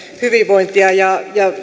hyvinvointia ja